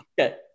Okay